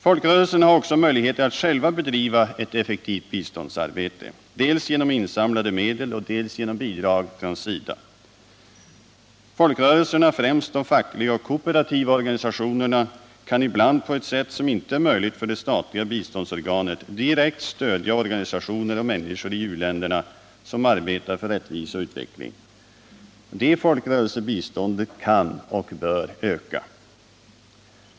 Folkrörelserna har också möjligheter att själva bedriva ett effektivt biståndsarbete dels genom insamlade medel, dels genom bidrag från SIDA. Folkrörelserna, främst de fackliga och kooperativa organisationerna, kan ibland på ett sätt som inte är möjligt för det statliga biståndsorganet direkt stödja organisationer och människor i u-länderna som arbetar för rättvisa och utveckling. Detta folkrörelsebistånd kan och bör öka.